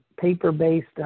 paper-based